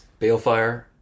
Balefire